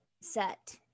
set